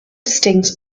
distinct